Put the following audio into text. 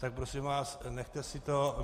Tak prosím vás, nechte si to.